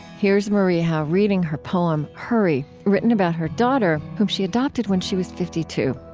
here's marie howe reading her poem hurry, written about her daughter, whom she adopted when she was fifty two